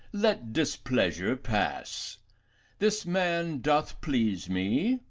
let displeasure pass this man doth please me,